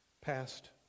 Past